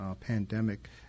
pandemic